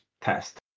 test